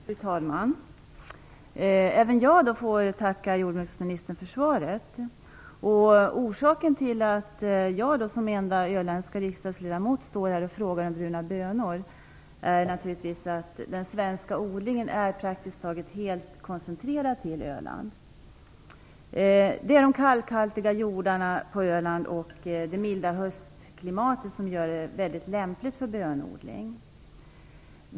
Fru talman! Även jag får tacka jordbruksministern för svaret. Orsaken till att jag som enda öländska riksdagsledamot frågar om bruna bönor är naturligtvis att den svenska odlingen praktiskt taget är helt koncentrerad till Öland. Det är de kalkhaltiga jordarna och det milda höstklimatet som gör Öland väldigt lämpligt för bönodling.